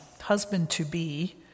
husband-to-be